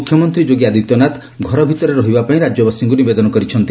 ମୁଖ୍ୟମନ୍ତ୍ରୀ ଯୋଗୀ ଆଦିତ୍ୟନାଥ ଘର ଭିତରେ ରହିବା ପାଇଁ ରାଜ୍ୟବାସୀଙ୍କୁ ନିବେଦନ କରିଛନ୍ତି